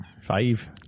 Five